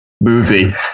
movie